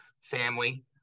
family